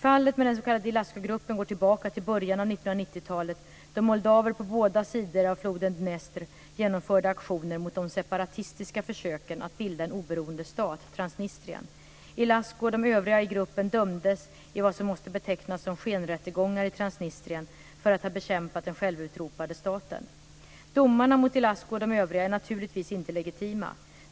Fallet med den s.k. Ilascu-gruppen går tillbaka till början av 1990-talet, då moldaver på båda sidor av floden Dnestr genomförde aktioner mot de separatistiska försöken att bilda en oberoende stat, Transnistrien. Ilascu och de övriga i gruppen dömdes i vad som måste betecknas som skenrättegångar i Transnistrien för att ha bekämpat den självutropade staten. Domarna mot Ilascu och de övriga är naturligtvis inte legitima.